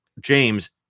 James